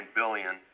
billion